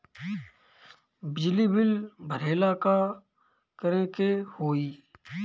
बिजली बिल भरेला का करे के होई?